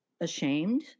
ashamed